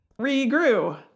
regrew